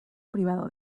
privado